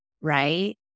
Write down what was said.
right